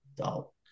adult